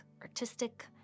artistic